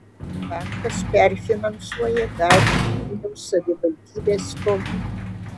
bankas perfinansuoja dalį vilniaus savivaldybės skolų